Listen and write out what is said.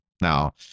Now